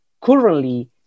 Currently